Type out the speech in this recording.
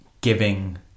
giving